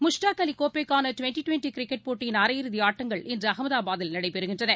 முஸ்தாக் அலிகோப்பக்கானடிவெண்டிடிவெண்டிகிரிக்கெட் போட்டியின் அரையிறுதிஆட்டங்கள் இன்றுஅஹமதாபாதில் நடைபெறுகின்றன